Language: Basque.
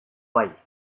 bai